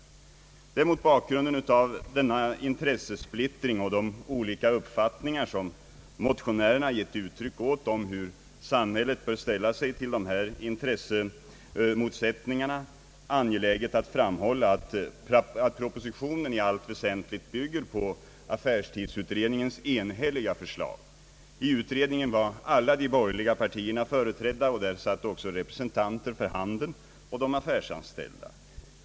Det är mot bakgrunden av denna intressesplittring och de olika uppfattningar som motionärerna gett uttryck åt om hur samhället bör ställa sig till dessa intressemotsättningar angeläget att framhålla att propositionen i allt väsentligt bygger på affärstidsutredningens enhälliga förslag. I utredningen var alla de borgerliga partierna företrädda, och där satt också representanter för handeln och de affärsanställda.